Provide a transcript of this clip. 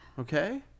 Okay